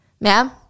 ma'am